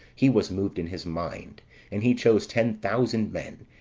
he was moved in his mind and he chose ten thousand men,